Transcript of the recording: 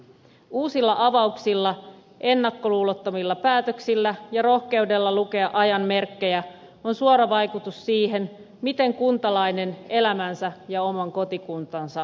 uusilla avauksilla ennakkoluulottomilla päätöksillä ja rohkeudella lukea ajan merkkejä on suora vaikutus siihen miten kuntalainen elämänsä ja oman kotikuntansa kokee